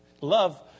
Love